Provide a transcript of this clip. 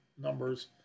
numbers